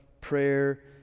prayer